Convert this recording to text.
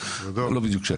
לא בדיוק שנה.